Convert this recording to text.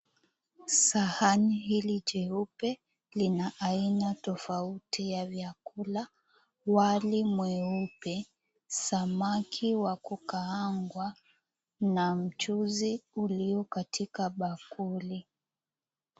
Sahani hili jeupe, lina aina tofauti ya vyakula, wali mweupe, samaki wa kukaangwa na mchuzi uliokatika bakuli.